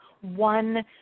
one